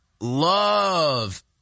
love